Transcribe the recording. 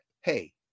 Hey